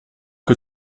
que